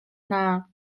hna